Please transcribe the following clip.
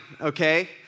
okay